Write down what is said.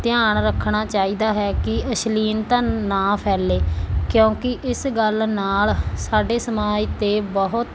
ਧਿਆਨ ਰੱਖਣਾ ਚਾਹੀਦਾ ਹੈ ਕਿ ਅਸ਼ਲੀਲਤਾ ਨਾ ਫੈਲੇ ਕਿਉਂਕਿ ਇਸ ਗੱਲ ਨਾਲ ਸਾਡੇ ਸਮਾਜ 'ਤੇ ਬਹੁਤ